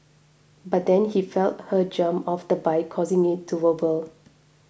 but then he felt her jump off the bike causing it to wobble